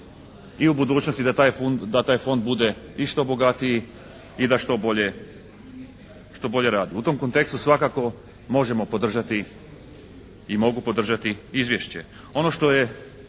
i u budućnosti da taj Fond bude i što bogatiji i da što bolje radi. U tom kontekstu svakako možemo podržati i mogu podržati izvješće.